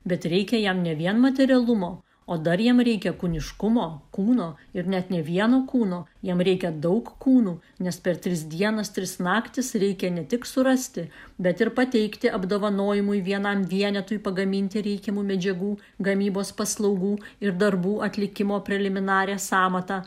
bet reikia jam ne vien materialumo o dar jam reikia kūniškumo kūno ir net ne vieno kūno jam reikia daug kūnų nes per tris dienas tris naktis reikia ne tik surasti bet ir pateikti apdovanojimui vienam vienetui pagaminti reikiamų medžiagų gamybos paslaugų ir darbų atlikimo preliminarią sąmatą